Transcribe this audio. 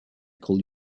call